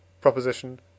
proposition